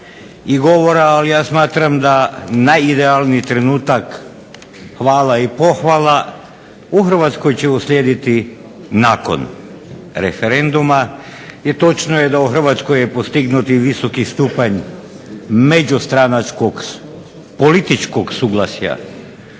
i govora, ali ja smatram da najidealniji trenutak hvala i pohvala u Hrvatskoj će uslijediti nakon referenduma jer točno je da u Hrvatskoj je postignut i visoki stupanj međustranačkog političkog suglasja